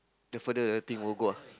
the further the thing will go ah